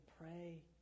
pray